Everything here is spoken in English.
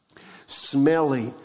Smelly